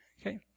Okay